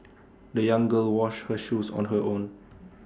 the young girl washed her shoes on her own